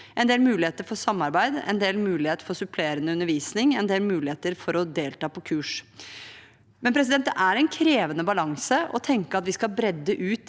en del muligheter for samarbeid, en del muligheter for supplerende undervisning, og en del muligheter for å delta på kurs. Men det er en krevende balanse å tenke at vi skal bredde ut